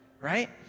right